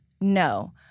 No